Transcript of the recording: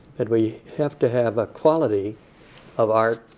and we have to have a quality of art